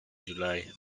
july